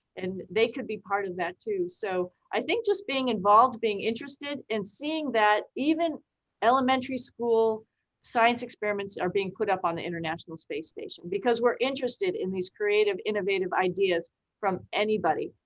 and they could be part of that too. so i think just being involved, being interested, and seeing that even elementary school science experiments are being put up on the international space station, because we're interested in these creative, innovative ideas from anybody,